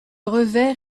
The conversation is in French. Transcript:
revers